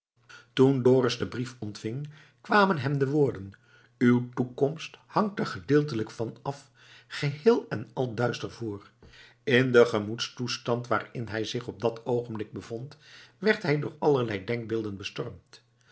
toen dorus dien brief ontving kwamen hem de woorden uw toekomst hangt er gedeeltelijk van af geheel en al duister voor in den gemoedstoestand waarin hij zich op dat oogenblik bevond werd hij door allerlei denkbeelden bestormd